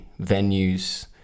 venues